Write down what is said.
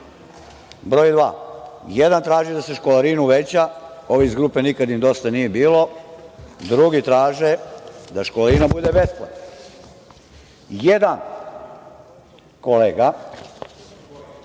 dva, jedan traži da se školarina poveća, ovi iz grupe nikad im dosta nije bilo, drugi traže da školarina bude besplatna. Jedan kolega